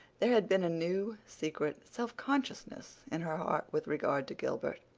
there had been a new, secret self-consciousness in her heart with regard to gilbert,